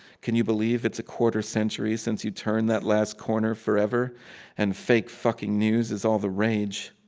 can you believe it's a quarter century since you turned that last corner forever and fake fucking news is all the rage?